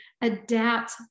adapt